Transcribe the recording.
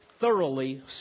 thoroughly